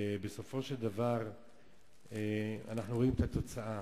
ובסופו של דבר אנחנו רואים את התוצאה.